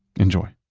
enjoy